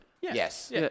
Yes